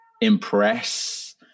impress